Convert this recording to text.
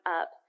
up